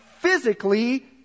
physically